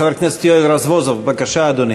חבר הכנסת יואל רזבוזוב, בבקשה, אדוני.